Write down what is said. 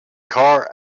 car